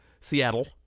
Seattle